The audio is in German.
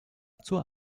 zur